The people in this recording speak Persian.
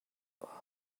اوه